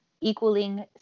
equaling